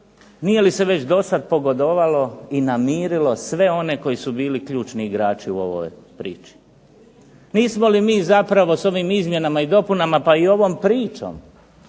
nije li se već do sada pogodovalo i namirilo sve one koji su bili ključni igrači u ovoj priči. Nismo li mi zapravo s ovim Izmjenama i dopunama, pa i ovom pričom